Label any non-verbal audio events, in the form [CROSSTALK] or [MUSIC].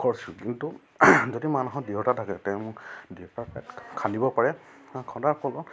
[UNINTELLIGIBLE] কিন্তু যদি মানুহৰ দেউতা থাকে তেওঁ দেউতা খান্দিব পাৰে খন্দাৰ ফলত